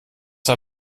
war